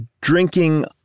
drinking